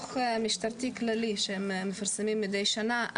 בדוח משטרתי כללי שהם מפרסמים מדי שנה,